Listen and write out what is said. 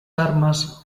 armas